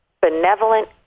benevolent